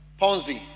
Ponzi